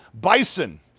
Bison